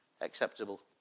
acceptable